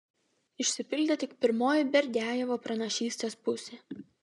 išsipildė tik pirmoji berdiajevo pranašystės pusė